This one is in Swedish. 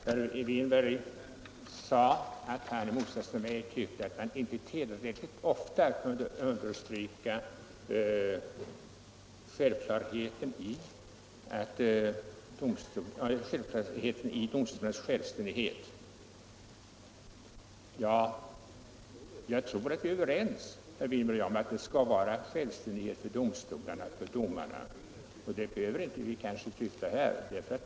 Herr talman! Herr Winberg sade att han i motsats till mig inte tillräckligt ofta kunde understryka självklarheten i domstolarnas självständighet. Jag tror att herr Winberg och jag är överens om att det skall råda självständighet för domstolarna, men det behöver vi inte stå här och tycka något om.